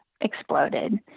exploded